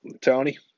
Tony